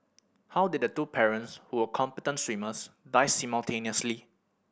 how did two parents who were competent swimmers die simultaneously